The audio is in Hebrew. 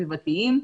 הסביבתיים.